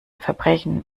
verbrechen